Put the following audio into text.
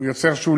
הוא יוצר שוליים,